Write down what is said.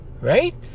right